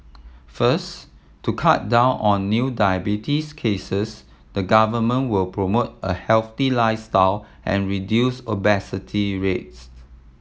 first to cut down on new diabetes cases the Government will promote a healthy lifestyle and reduce obesity rates